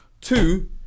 two